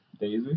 Daisy